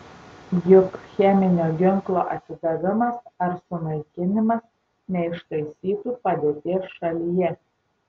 juk cheminio ginklo atidavimas ar sunaikinimas neištaisytų padėties šalyje